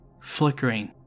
flickering